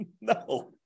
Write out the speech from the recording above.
No